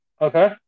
Okay